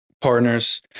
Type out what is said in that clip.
partners